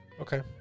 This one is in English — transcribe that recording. Okay